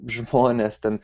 žmones ten